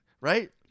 right